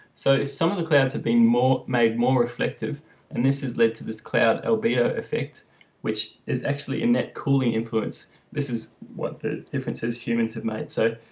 so if some of the clouds have been more made more reflective and this has led to this cloud albedo effect which is actually in that cooling influence this is what the differences humans have made so